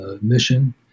mission